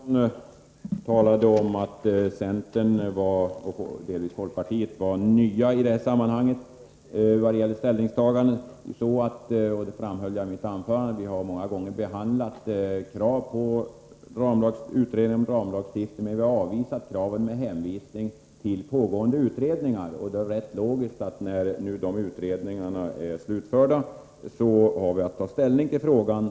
Herr talman! Stig Gustafsson sade att centern och delvis folkpartiet var nya i det här sammanhanget i vad gällde ställningstagandet. Jag framhöll i mitt anförande att vi många gånger har behandlat krav på utredning om en ramlagstiftning men avvisat kravet med hänvisning till pågående utredningar. När dessa utredningar sedan är slutförda, då är det rätt logiskt att ta ställning till frågan.